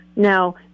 Now